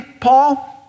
Paul